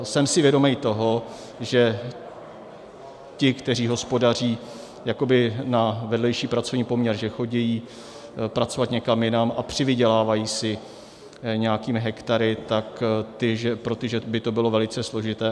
Jsem si vědom toho, že ti, kteří hospodaří jakoby na vedlejší pracovní poměr, že chodí pracovat někam jinam a přivydělávají si nějakými hektary, tak pro ty by to bylo velice složité.